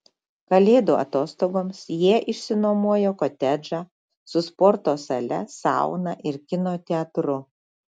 kalėdų atostogoms jie išsinuomojo kotedžą su sporto sale sauna ir kino teatru